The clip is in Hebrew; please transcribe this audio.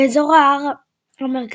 באזור ההר המרכזי